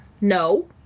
No